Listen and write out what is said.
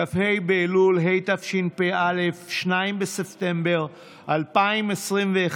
כ"ה באלול התשפ"א, 2 בספטמבר 2021,